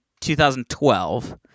2012